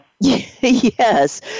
Yes